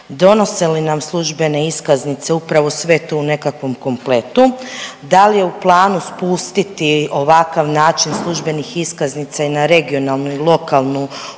Donose li nam službene iskaznice upravo sve to u nekakvom kompletu? Da li je u planu spustiti ovakav način službenih iskaznica i na regionalnu i lokalnu upravu?